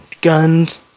guns